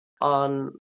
on